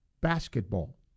basketball